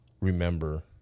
remember